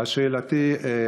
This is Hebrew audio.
כן, חשוב.